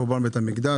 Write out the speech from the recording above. חורבן בית המקדש,